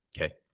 Okay